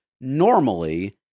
normally